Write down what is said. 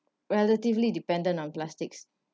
relatively dependent on plastics